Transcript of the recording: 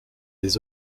des